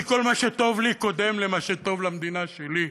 כי כל מה שטוב לי קודם למה שטוב למדינה שלי.